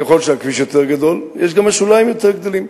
ככל שהכביש יותר גדול יש שוליים יותר גדולים.